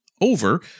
over